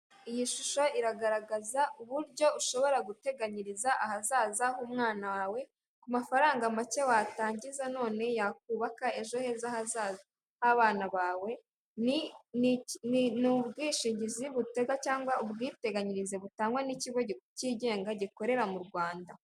Iyi shusho iragaragaza uburyo ushobora guteganyiriza ahazaza h'umwana wawe, ku mafaranga make watangiza none yakubaka ejo heza hazaza h'abana bawe, ni ubwishingizi butega cyangwa ubwiteganyirize butangwa n'ikigo cyigenga gikorera mu Rwanda.